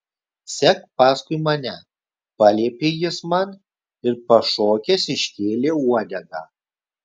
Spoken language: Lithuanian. sek paskui mane paliepė jis man ir pašokęs iškėlė uodegą